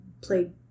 played